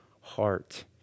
heart